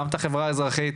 גם את החברה האזרחית,